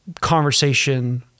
conversation